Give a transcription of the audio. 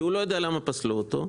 כי הוא לא יודע למה פסלו אותו.